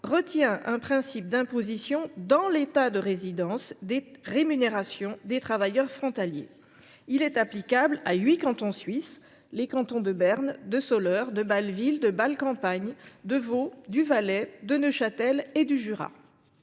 retient un principe d’imposition dans l’État de résidence des rémunérations des travailleurs frontaliers. Il est applicable à huit cantons suisses : Berne, Soleure, Bâle Ville, Bâle Campagne, Vaud, Valais, Neuchâtel et Jura.